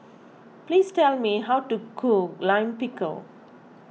please tell me how to cook Lime Pickle